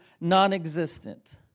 non-existent